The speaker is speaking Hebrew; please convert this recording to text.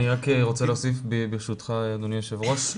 רוצה להוסיף ברשותך אדוני היו"ר,